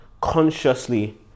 consciously